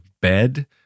bed